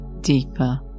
deeper